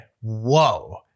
whoa